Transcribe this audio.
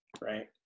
right